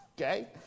Okay